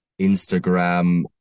Instagram